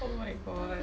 oh my god